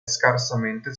scarsamente